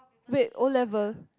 wait O-level